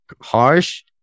harsh